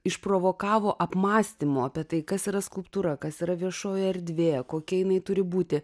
išprovokavo apmąstymų apie tai kas yra skulptūra kas yra viešoji erdvė kokia jinai turi būti